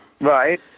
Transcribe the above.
Right